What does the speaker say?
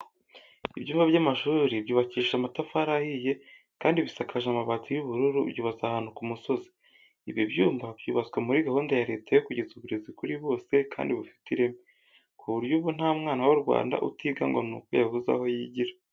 Ibyumba by'amashuri byubakishije amatafari ahiye, kandi bisakaje amabati y'ubururu, byubatse ahantu ku musozi. Ibi byumba byubatswe muri gahunda ya Leta yo kugeza uburezi kuri bose kandi bufite ireme ku buryo ubu nta mwana w'u Rwanda utiga ngo ni uko yabuze aho yigira.